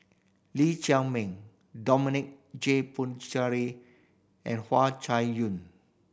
Lee Chiaw Ming Dominic J and Hua Chai Yong